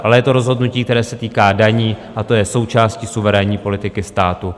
Ale je to rozhodnutí, které se týká daní, a to je součástí suverénní politiky státu.